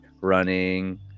running